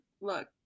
look